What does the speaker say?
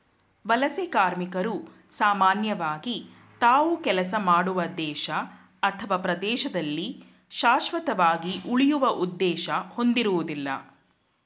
ವಲಸೆ ಕಾರ್ಮಿಕರು ಸಾಮಾನ್ಯವಾಗಿ ತಾವು ಕೆಲಸ ಮಾಡುವ ದೇಶ ಅಥವಾ ಪ್ರದೇಶದಲ್ಲಿ ಶಾಶ್ವತವಾಗಿ ಉಳಿಯುವ ಉದ್ದೇಶ ಹೊಂದಿರುವುದಿಲ್ಲ